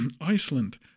Iceland